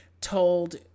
told